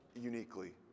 uniquely